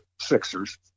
Sixers